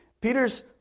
Peter's